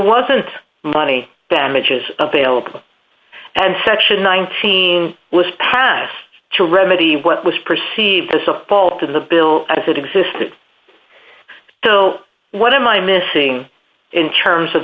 wasn't money than midges available and section nineteen was passed to remedy what was perceived as a fault in the bill as it existed so what am i missing in terms of